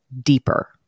deeper